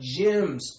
gyms